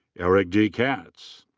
eric d. katz.